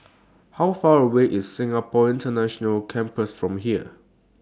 How Far away IS Singapore International Campus from here